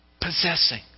possessing